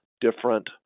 different